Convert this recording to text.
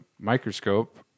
microscope